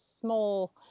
small